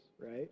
right